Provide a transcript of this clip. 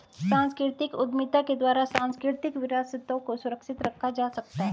सांस्कृतिक उद्यमिता के द्वारा सांस्कृतिक विरासतों को सुरक्षित रखा जा सकता है